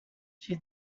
she